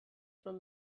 from